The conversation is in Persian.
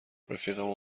رفیقمو